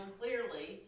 clearly